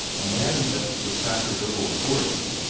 a man invested with sacerdotal authority,